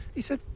he said,